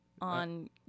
on